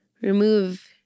remove